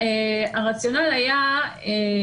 הרציונל היה,